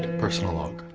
personal log